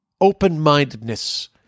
open-mindedness